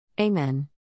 Amen